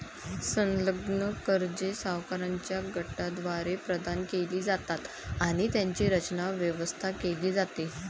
संलग्न कर्जे सावकारांच्या गटाद्वारे प्रदान केली जातात आणि त्यांची रचना, व्यवस्था केली जाते